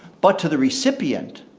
but to the recipient,